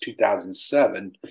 2007